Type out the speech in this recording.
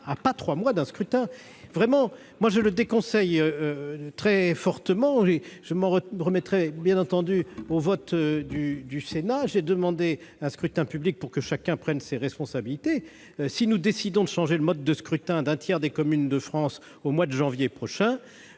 de trois mois d'un scrutin. Je le déconseille très fortement, tout en m'en remettant, bien entendu, au vote du Sénat. J'ai demandé un scrutin public pour que chacun prenne ses responsabilités, car je considère que, si nous décidions de changer le mode de scrutin d'un tiers des communes de France au mois de janvier prochain,